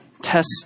test